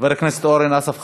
חבר הכנסת אורן אסף חזן,